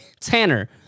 Tanner